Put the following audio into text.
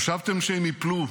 חשבתם שהם ייפלו,